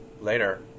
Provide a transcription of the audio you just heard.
later